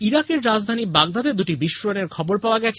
ইরাকের রাজধানী বাগদাদে দুটি বিস্ফোরণের খবর পাওয়া গেছে